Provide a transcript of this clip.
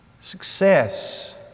success